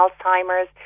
Alzheimer's